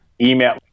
email